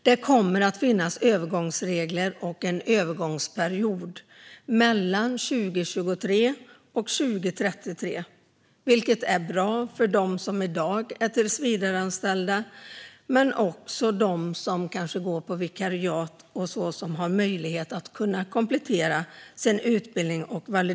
Det kommer att finnas övergångsregler och en övergångsperiod mellan 2023 och 2033. Det är bra för dem som i dag är tillsvidareanställda men också för dem som går på vikariat, då de får möjlighet att komplettera sin utbildning.